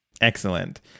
Excellent